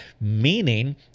meaning